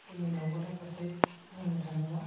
जोंनि न'खरनि फारसे बुंनो थाङोब्ला